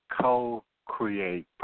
Co-create